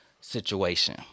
situation